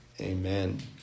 Amen